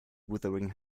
wuthering